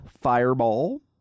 fireball